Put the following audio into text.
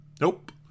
Nope